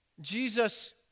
Jesus